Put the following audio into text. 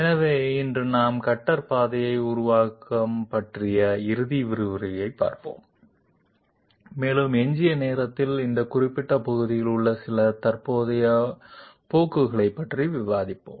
எனவே இன்று நாம் கட்டர் பாதை உருவாக்கம் பற்றிய இறுதி விரிவுரையைப் பார்ப்போம் மேலும் எஞ்சிய நேரத்தில் இந்த குறிப்பிட்ட பகுதியில் உள்ள சில தற்போதைய போக்குகளைப் பற்றி விவாதிப்போம்